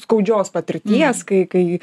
skaudžios patirties kai kai